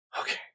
Okay